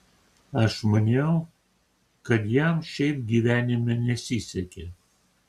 aš maniau kad jam šiaip gyvenime nesisekė